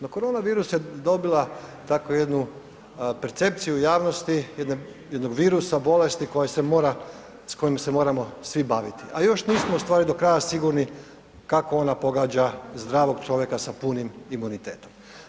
No, koronavirus je dobila tako jednu percepciju u javnosti jednog virusa, bolesti koja se mora, s kojom se moramo svi baviti, a još nismo ustvari do kraja sigurni kako ona pogađa zdravog čovjeka sa punim imunitetom.